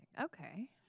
Okay